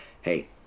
Hey